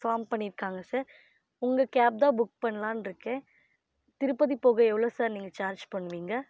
form பண்ணியிருக்காங்க sir உங்கள் cab தான் புக் பண்ணலான்ருக்கேன் திருப்பதி போக எவ்வளோ சார் நீங்கள் சார்ஜ் பண்ணுவீங்க